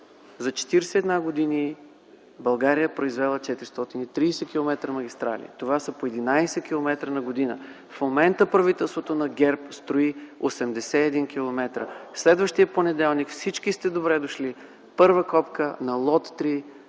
за 41 години България е произвела 430 км магистрали. Това са по 11 км на година. В момента правителството на ГЕРБ строи 81 км. Следващият понеделник всички сте добре дошли за първа копка на лот 3